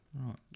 Right